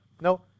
No